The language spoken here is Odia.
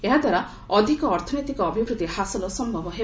ଏହାଦ୍ୱାରା ଅଧିକ ଅର୍ଥନୈତିକ ଅଭିବୃଦ୍ଧି ହାସଲ ସମ୍ଭବ ହେବ